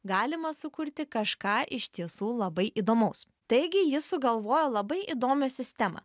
galima sukurti kažką iš tiesų labai įdomaus taigi ji sugalvojo labai įdomią sistemą